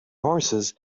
horses